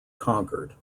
concord